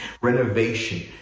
Renovation